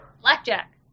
Blackjack